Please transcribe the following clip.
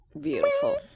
beautiful